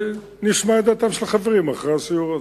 ונשמע את דעתם של החברים אחרי הסיור הזה.